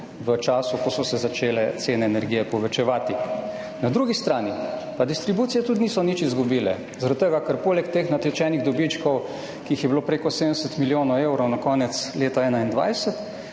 v času, ko so se začele cene energije povečevati. Na drugi strani pa zaradi tega distribucije tudi niso nič izgubile, ker poleg teh natečenih dobičkov, ki jih je bilo prek 70 milijonov evrov na koncu leta 2021,